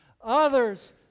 Others